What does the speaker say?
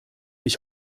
ich